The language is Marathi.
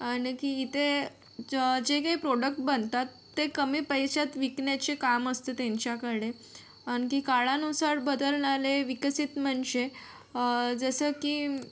आणखी इथे ज जे काही प्रॉडक्ट बनतात ते कमी पैशात विकण्याचे काम असते त्यांच्याकडे आणखी काळानुसार बदलणारे विकसित म्हणजे जसं की